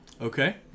Okay